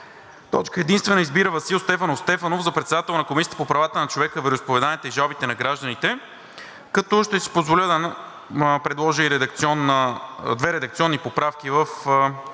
събрание РЕШИ: Избира Васил Стефанов Стефанов за председател на Комисията по правата на човека, вероизповеданията и жалбите на гражданите.“ Ще си позволя да предложа и две редакционни поправки в Проекта